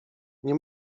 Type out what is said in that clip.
nie